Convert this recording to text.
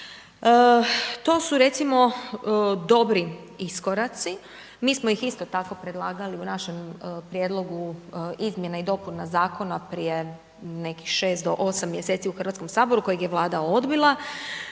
To su recimo dobri iskoraci, mi smo ih isto tako predlagali u našem prijedlogu izmjena i dopuna zakona prije nekih 6 do 8 mjeseci u HS kojeg je Vlada odbila.